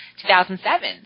2007